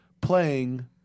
playing